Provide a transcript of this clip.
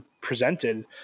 presented